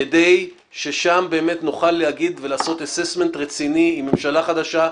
כדי שנוכל אז לעשות הערכה רצינית עם ממשלה חדשה,